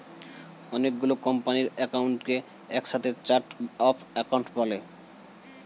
অনেক গুলো কোম্পানির অ্যাকাউন্টকে একসাথে চার্ট অফ অ্যাকাউন্ট বলে